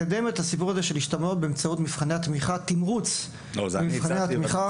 לקדם את הסיפור של השתלמויות באמצעות תמרוץ מבחני התמיכה.